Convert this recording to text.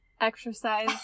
exercise